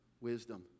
wisdom